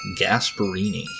Gasparini